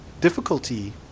difficulty